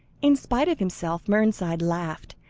in spite of himself mernside laughed,